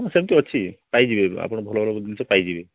ହଁ ସେମିତି ଅଛି ପାଇଯିବେ ଆପଣ ଭଲ ଭଲ ଜିନିଷ ପାଇଯିବେ